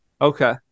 Okay